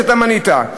שאתה מנית,